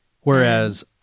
Whereas